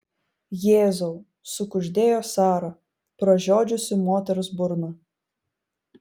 jėzau sukuždėjo sara pražiodžiusi moters burną